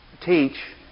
teach